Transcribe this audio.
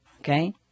okay